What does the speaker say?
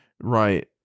Right